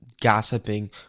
gossiping